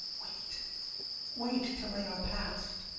wait wait till they are past.